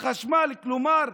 חשמל, כלומר,